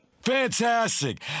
Fantastic